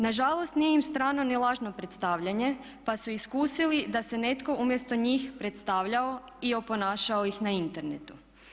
Nažalost nije im strano ni lažno predstavljanje pa su iskusili da se netko umjesto njih predstavljao i oponašao ih na internetu.